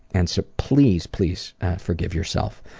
and so please, please forgive yourself.